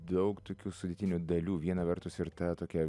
daug tokių sudėtinių dalių viena vertus ir ta tokia